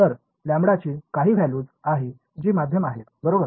तर लॅम्बडाची काही व्हॅल्यूज आहेत जी माध्यम आहेत बरोबर